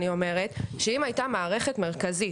אם הייתה מערכת מרכזית,